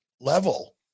level